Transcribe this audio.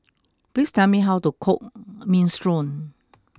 please tell me how to cook Minestrone